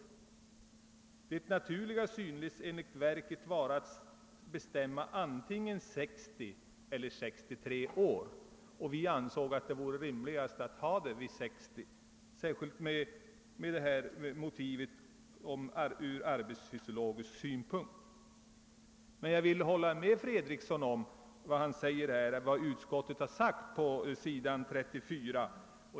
Det naturliga synes enligt verket vara att bestämma antingen 60 eller 63 år.» Vi ansåg det vara rimligast att sätta gränsen vid 60 år, särskilt med hänsyn till det arbetsfysiologiska motivet. Men jag vill hålla med herr Fredriksson om vad han säger beträffande det som utskottet anför på s. 34.